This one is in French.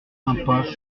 impasse